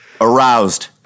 Aroused